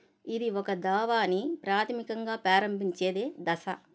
ఇది ఒక దావాని ప్రాథమికంగా ప్రారంభించేదే దశ